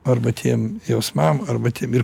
arba tiem jausmam arba tiem ir